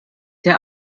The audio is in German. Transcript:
der